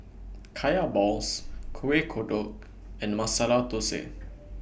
Kaya Balls Kuih Kodok and Masala Thosai